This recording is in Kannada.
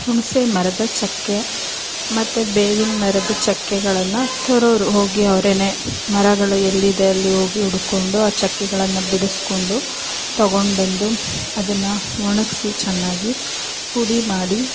ಹುಣಸೆ ಮರದ ಚಕ್ಕೆ ಮತ್ತು ಬೇವಿನ ಮರದ ಚಕ್ಕೆಗಳನ್ನು ತರೋರು ಹೋಗಿ ಅವರೇನೆ ಮರಗಳು ಎಲ್ಲಿದೆ ಅಲ್ಲಿ ಹೋಗಿ ಹುಡ್ಕೊಂಡು ಆ ಚಕ್ಕೆಗಳನ್ನು ಬಿಡಿಸಿಕೊಂಡು ತಗೊಂಡು ಬಂದು ಅದನ್ನು ಒಣಗಿಸಿ ಚೆನ್ನಾಗಿ ಪುಡಿ ಮಾಡಿ